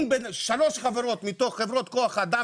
אם שלוש חברות מתוך חברות כוח אדם,